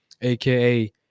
AKA